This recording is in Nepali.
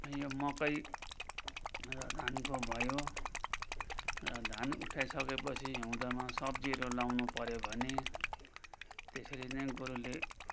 अनि यो मकै र धानको भयो र धान उठाइसकेपछि हिउँदमा सब्जीहरू लाउनु पर्यो भने त्यसरी नै गोरुले